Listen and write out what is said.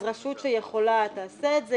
אז רשות שיכולה תעשה את זה,